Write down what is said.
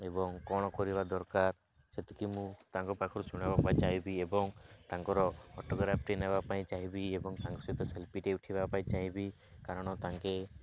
ଏବଂ କ'ଣ କରିବା ଦରକାର ସେତିକି ମୁଁ ତାଙ୍କ ପାଖରୁ ଶୁଣବା ପାଇଁ ଚାହିଁବି ଏବଂ ତାଙ୍କର ଅଟୋଗ୍ରାଫଟି ନେବା ପାଇଁ ଚାହିଁବି ଏବଂ ତାଙ୍କ ସହିତ ସେଲ୍ଫିଟି ଉଠିବା ପାଇଁ ଚାହିଁବି କାରଣ ତାଙ୍କେ